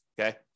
Okay